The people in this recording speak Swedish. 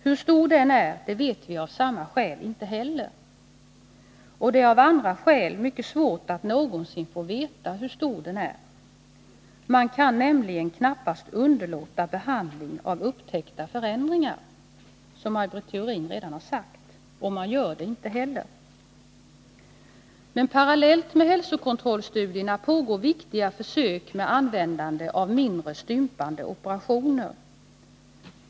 Hur stor den är vet vi av samma skäl inte heller, och det är av andra orsaker mycket svårt att någonsin få veta hur stor den är. Man kan nämligen knappast underlåta behandling av upptäckta förändringar, som Maj Britt Theorin redan sagt, och man gör det inte heller. Parallellt med hälsokontrollsstudierna pågår viktiga försök med användande av mindre stympande operationer.